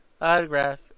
Autograph